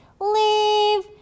Leave